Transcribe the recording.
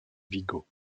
vigo